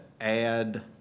add